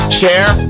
share